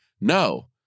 No